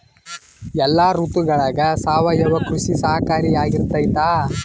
ಎಲ್ಲ ಋತುಗಳಗ ಸಾವಯವ ಕೃಷಿ ಸಹಕಾರಿಯಾಗಿರ್ತೈತಾ?